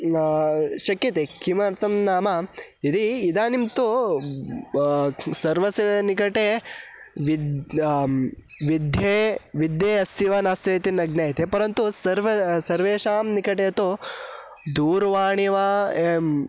शक्यते किमर्थं नाम यदि इदानीं तु सर्वस्य निकटे विद्या विद्या अस्ति वा नास्ति इति न ज्ञायते परन्तु सर्वं सर्वेषां निकटे तु दूरवाणी वा एवं